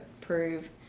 prove